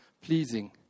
pleasing